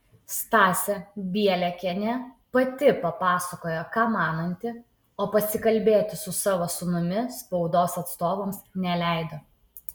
stasė bieliakienė pati papasakojo ką mananti o pakalbėti su savo sūnumi spaudos atstovams neleido